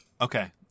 Okay